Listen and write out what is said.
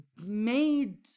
made